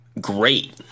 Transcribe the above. great